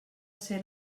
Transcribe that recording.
ser